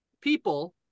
people